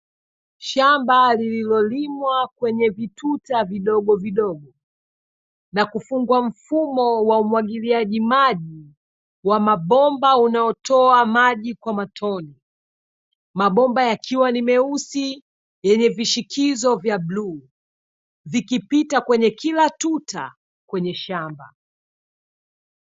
Shamba lililolimwa kwenye vituta vidogovidogo, na kufungwa mfumo wa umwagiliaji maji wa mabomba unaotoa maji kwa matone. Mabomba yakiwa ni meusi yenye vishikizo vya bluu, vikipita kwenye kila tuta kwenye shamba.